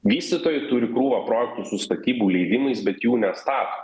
vystytojai turi krūvą projektų su statybų leidimais bet jų nestato